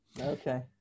okay